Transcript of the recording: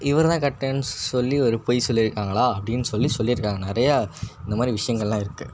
இவர்தான் கட்டினேன்னு சொல்லி ஒரு பொய் சொல்லியிருக்காங்களா அப்படினு சொல்லி சொல்லியிருக்காங்க நிறையா அந்தமாதிரி விஷயங்கள்லாம் இருக்குது